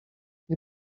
nie